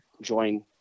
join